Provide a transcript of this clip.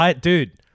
Dude